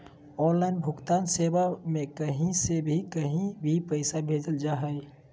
online भुगतान सेवा में कही से भी कही भी पैसा भेजल जा हइ